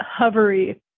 hovery